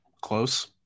close